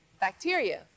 bacteria